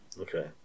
okay